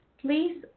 Please